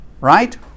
right